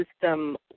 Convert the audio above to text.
system